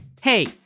Hey